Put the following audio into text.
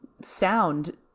sound